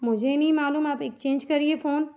मुझे नहीं मालूम आप एक्चेंज करिए फ़ोन